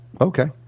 Okay